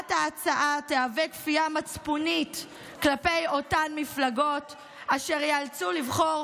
קבלת ההצעה תהווה כפייה מצפונית כלפי אותן מפלגות אשר ייאלצו לבחור